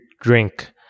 drink